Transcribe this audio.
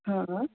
હા